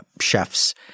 chefs